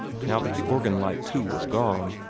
now that the organ-light too was gone.